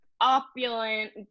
opulent